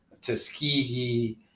Tuskegee